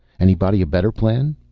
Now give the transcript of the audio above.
anybody a better plan?